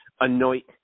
anoint